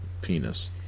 penis